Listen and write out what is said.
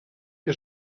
que